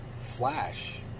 Flash